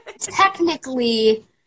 Technically